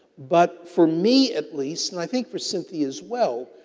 but, for me, at least, and i think for cynthia as well,